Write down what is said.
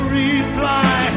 reply